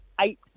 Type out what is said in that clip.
eight